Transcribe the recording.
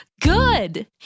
Good